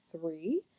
three